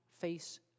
face